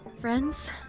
Friends